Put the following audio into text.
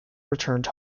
returned